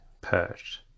perched